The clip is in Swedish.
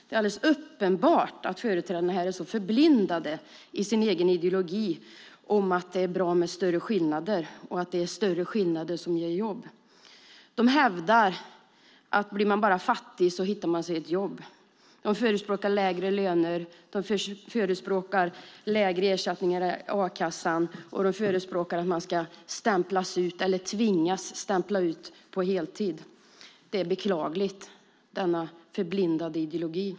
Det är alldeles uppenbart att företrädarna här är förblindade i sin egen ideologi om att det är bra med större skillnader och att det är större skillnader som ger jobb. De hävdar att om man bara blir fattig så hittar man sig ett jobb. De förespråkar lägre löner. De förespråkar lägre ersättningar i a-kassan. De förespråkar att man ska tvingas stämpla ut på heltid. Det är beklagligt, denna förblindade ideologi.